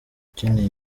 ukeneye